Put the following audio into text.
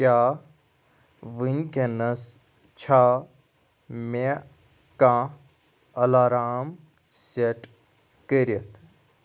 کیاہ ؤنکیٚنس چھا مےٚ کانٛہہ الارام سیٚٹ کٔرِتھ